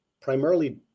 primarily